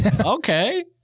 Okay